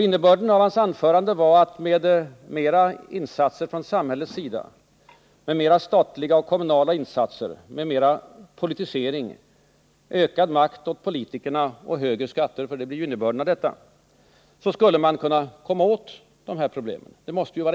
Innebörden av hans anförande måste vara att med mera insatser från samhällets sida, med mera statliga och kommunala insatser, med mera politisering, med ökad makt åt politikerna och med högre skatter skulle man kunna komma åt de här problemen.